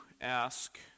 ask